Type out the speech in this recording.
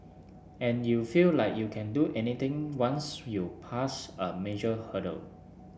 and you feel like you can do anything once you passed a major hurdle